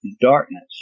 darkness